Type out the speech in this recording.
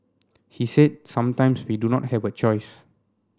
he said sometimes we do not have a choice